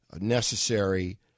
necessary